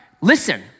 listen